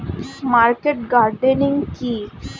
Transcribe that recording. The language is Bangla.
মার্কেট গার্ডেনিং কি?